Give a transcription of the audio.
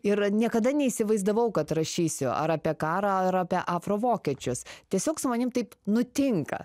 ir niekada neįsivaizdavau kad rašysiu ar apie karą ir apie afrovokiečius tiesiog su manim taip nutinka